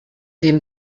dem